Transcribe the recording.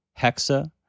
hexa